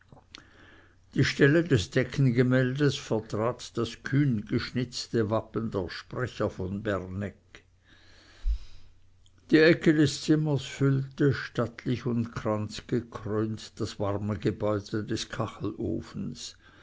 die stelle des deckengemäldes vertrat das kühngeschnitzte wappen der sprecher von bernegg die ecke des zimmers füllte stattlich und kranzgekrönt das warme gebäude des